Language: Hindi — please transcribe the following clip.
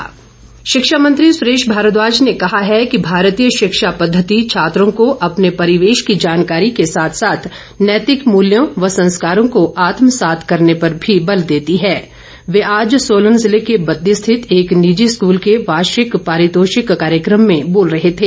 शिक्षा मंत्री शिक्षा मंत्री सुरेश भारद्वाज ने कहा है कि भारतीय शिक्षा पद्धति छात्रों को अपने परिवेश की जानकारी के साथ साथ नैतिक मूल्यों व संस्कारों को आत्मसात करने पर भी बल देती हैं वे आज सोलन जिले के बददी स्थित एक निजी स्कूल के वार्षिक पारितोषिक कार्यकम में बोल रहे थे